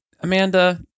Amanda